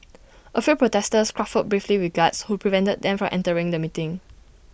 A few protesters scuffled briefly with guards who prevented them from entering the meeting